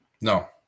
No